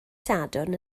sadwrn